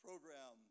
Program